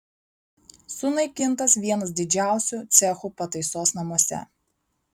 sunaikintas vienas didžiausių cechų pataisos namuose